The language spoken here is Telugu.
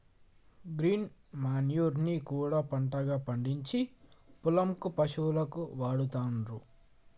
గ్రీన్ మన్యుర్ ని కూడా పంటగా పండిచ్చి పొలం కు పశువులకు వాడుతాండ్లు